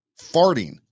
farting